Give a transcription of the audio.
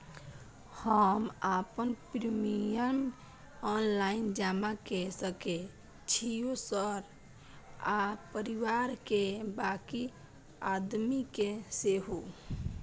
हम अपन premium online जमा के सके छियै सर आ परिवार के बाँकी आदमी के सेहो?